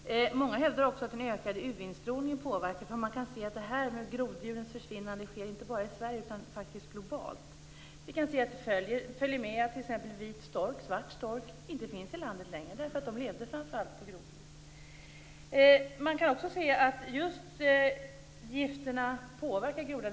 Många hävdar också att den ökade UV-strålningen påverkar. Groddjuren försvinner inte bara i Sverige utan faktiskt globalt. Vi kan också se att t.ex. vit stork och svart stork inte finns längre i landet. De lever framför allt på groddjur. Just gifter påverkar grodor.